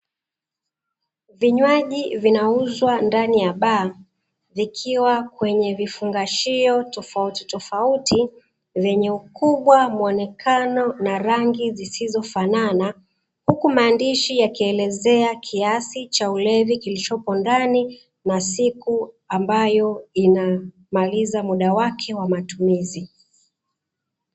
Vinywaji vinauzwa ndani ya baa vikiwa kwenye vifungashio tofauti tofauti venye ukubwa, muonekano na rangi zisizofanana huku maandishi yakielezea kiasi cha ulevi kilichopo ndani na siku ambao inamaliza muda wake wa matumizi.